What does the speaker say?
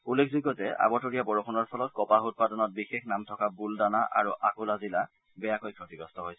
উল্লেখযোগ্য যে আবতৰীয়া বৰষুণৰ ফলত কপাহ উৎপাদনত বিশেষ নাম থকা বুলদানা আৰু আকোলা জিলা বেয়াকৈ ক্ষতিগ্ৰস্ত হৈছিল